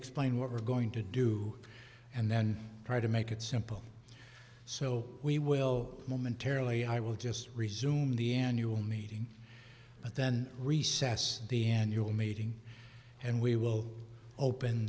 explain what we're going to do and then try to make it simple so we will momentarily i will just resume the end you will meeting but then recess the annual meeting and we will open